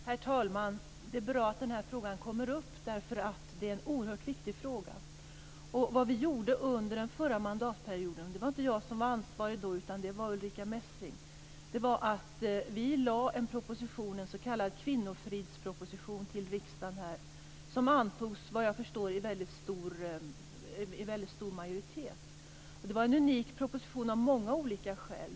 Herr talman! Det är bra att frågan kommer upp. Det är en oerhört viktig fråga. Under den förra mandatperioden var Ulrica Messing ansvarig i frågan. Då lades en s.k. kvinnofridsproposition fram till riksdagen. Den antogs med stor majoritet. Det var en av många olika skäl unik proposition.